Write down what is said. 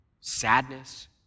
sadness